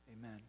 Amen